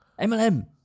MLM